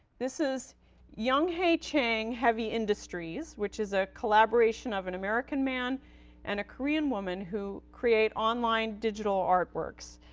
this is young-hae chang heavy industries, which is a collaboration of an american man and a korean woman who create online digital artworks.